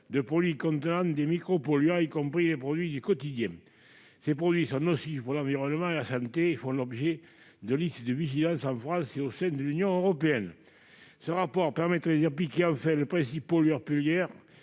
de produits contenant des micropolluants, y compris les produits du quotidien. Ces produits sont nocifs pour l'environnement et la santé. Ils font l'objet de listes de vigilance en France et au sein de l'Union européenne. Ce rapport permettrait d'appliquer enfin le principe « pollueur-payeur